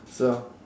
so